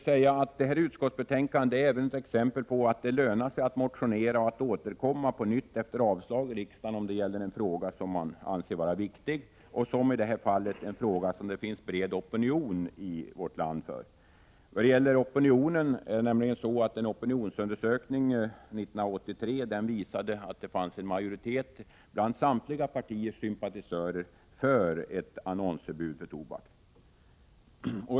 Detta utskottsbetänkande är ett exempel på att det lönar sig att motionera och återkomma efter avslag i riksdagen, om det gäller en fråga som man anser vara viktig och för vilken det — som i detta fall — finns en bred opinion i vårt land. En opinionsundersökning 1983 visade att det fanns en majoritet bland samtliga partiers sympatisörer för ett annonsförbud för tobak.